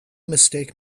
mistake